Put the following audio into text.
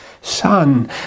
Son